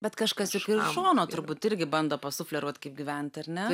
bet kažkas iš šono turbūt irgi bando pasufleruot kaip gyvent ar ne